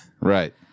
right